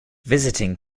visiting